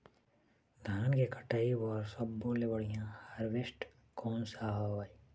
धान के कटाई बर सब्बो ले बढ़िया हारवेस्ट कोन सा हवए?